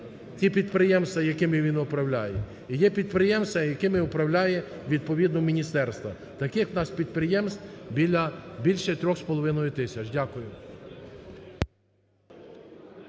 ті підприємства, якими він управляє. І є підприємства, якими управляє відповідно міністерство. Таких в нас підприємств біля більше